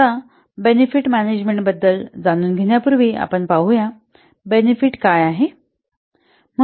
आता benefit management बद्दल जाणून घेण्यापूर्वी आपण पाहूया बेनिफिट काय आहे